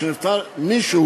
כאשר נפטר מישהו,